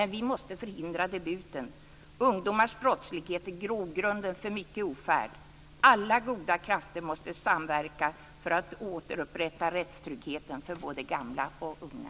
Vi måste förhindra debuten. Ungdomars brottslighet är grogrunden för mycken ofärd. Alla goda krafter måste samverka för att återupprätta rättstryggheten för både gamla och unga!